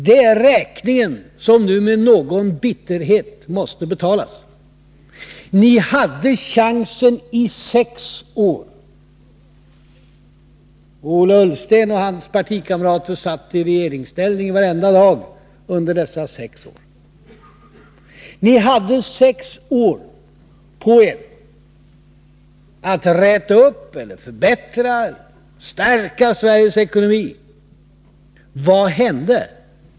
Det är räkningen, som nu med någon bitterhet måste betalas. Ni hade chansen i sex år. Och Ola Ullsten och hans partikamrater satt i regeringsställning varenda dag under dessa sex år. Ni hade sex år på er att räta upp, förbättra och stärka Sveriges ekonomi. Men vad hände?